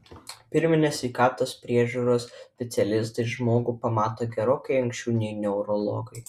pirminės sveikatos priežiūros specialistai žmogų pamato gerokai anksčiau nei neurologai